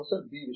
professor B